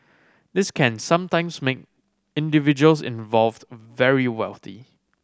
this can sometimes make individuals involved very wealthy